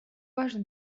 важно